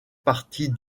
partie